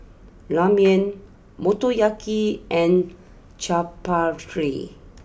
Ramen Motoyaki and Chaat Papri